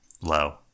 low